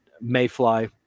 mayfly